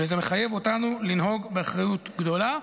וזה מחייב אותנו לנהוג באחריות גדולה.